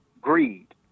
Greed